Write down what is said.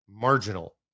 marginal